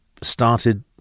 started